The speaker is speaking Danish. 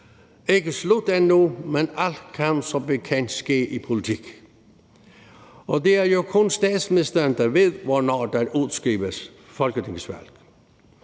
ikke slut endnu, men alt kan som bekendt ske i politik, og det er jo kun statsministeren, der ved, hvornår der udskrives folketingsvalg.